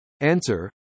Answer